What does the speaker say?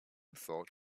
thought